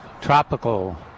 tropical